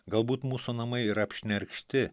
galbūt mūsų namai yra apšnerkšti